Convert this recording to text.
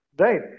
Right